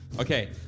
Okay